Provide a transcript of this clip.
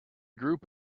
group